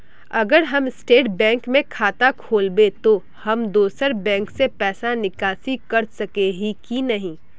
अगर हम state bank में खाता खोलबे तो हम दोसर बैंक से पैसा निकासी कर सके ही की नहीं?